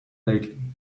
lately